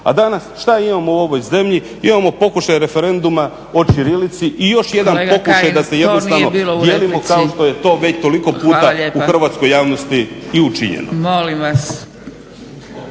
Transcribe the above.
A danas šta imamo u ovoj zemlji, imamo pokušaj referenduma o ćirilici i još jedan pokušaj da se jednostavno dijelimo kao što je to već toliko puta u hrvatskoj javnosti i učinjeno.